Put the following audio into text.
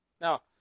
Now